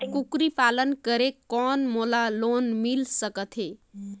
कूकरी पालन करे कौन मोला लोन मिल सकथे?